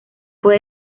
fue